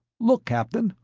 look, captain.